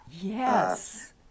Yes